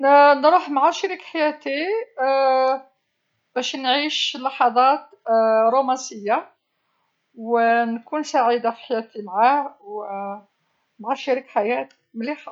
ن- نروح مع شريك حياتي، باش نعيش لحظات رومانسية ونكون سعيدة في حياتي معاه، و مع شريك حياة مليحه.